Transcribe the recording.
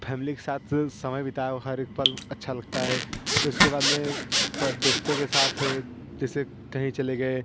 family के साथ समय बिता हुआ हर एक पल अच्छा लगता है उसके बाद में दोस्तों के साथ जेसे कहीं चले गए